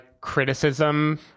criticism